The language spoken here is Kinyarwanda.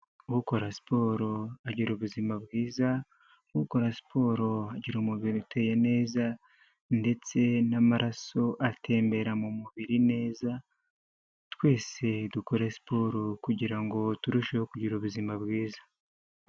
Ukora siporo agira ubuzima bwiza, ukora siporo agirara umubiri uteye neza ndetse n'amaraso atembera mu mubiri neza twese dukora siporo kugira ngo turusheho kugira ubuzima bwiza.